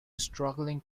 struggling